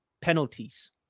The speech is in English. Penalties